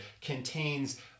contains